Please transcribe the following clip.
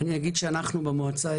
אני אגיד שאנחנו במועצה,